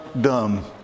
dumb